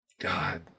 God